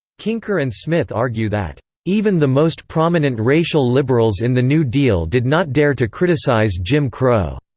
kinker and smith argue that even the most prominent racial liberals in the new deal did not dare to criticize jim crow.